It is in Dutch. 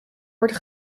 wordt